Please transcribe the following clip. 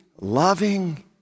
loving